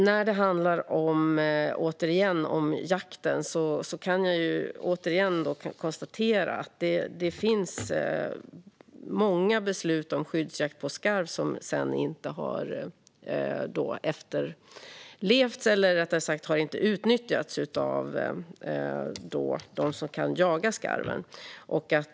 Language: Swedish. När det handlar om jakten kan jag återigen bara konstatera att många beslut om skyddsjakt på skarv inte har utnyttjats av dem som kan jaga skarven.